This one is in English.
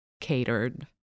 catered